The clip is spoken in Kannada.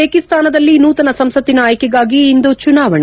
ಉಜ್ಜೇಕಿಸ್ತಾನದಲ್ಲಿ ನೂತನ ಸಂಸತ್ತಿನ ಆಯ್ಕೆಗಾಗಿ ಇಂದು ಚುನಾವಣೆ